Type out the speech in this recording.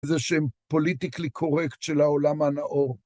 זה שהם פוליטיקלי קורקט של העולם הנאור.